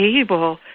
able